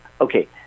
Okay